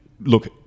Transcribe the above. look